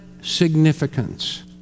significance